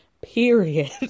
Period